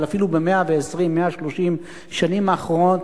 אבל אפילו ב-120 130 השנים האחרונות,